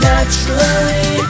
Naturally